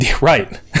right